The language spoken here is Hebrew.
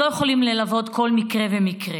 יכולים ללוות כל מקרה ומקרה,